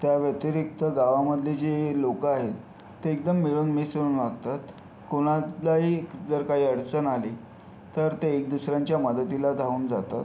त्या व्यतिरिक्त गावामधले जे लोकं आहेत ते एकदम मिळून मिसळून वागतात कोणालाही जर काही अडचण आली तर ते एक दुसऱ्यांच्या मदतीला धावून जातात